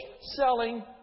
selling